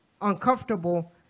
uncomfortable